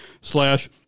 slash